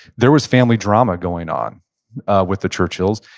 there was family drama going on with the churchills.